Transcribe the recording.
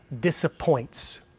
disappoints